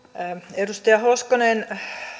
edustaja hoskonen